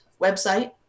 website